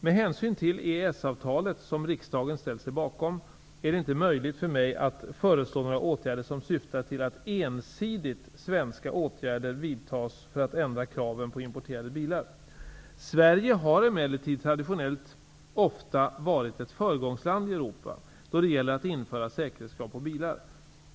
Med hänsyn till EES-avtalet, som riksdagen ställt sig bakom, är det inte möjligt för mig att föreslå några åtgärder som syftar till att ensidiga svenska åtgärder vidtas för att ändra kraven på importerade bilar. Sverige har emellertid traditionellt ofta varit ett föregångsland i Europa då det gäller att införa säkerhetskrav på bilar.